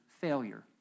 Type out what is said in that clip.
failure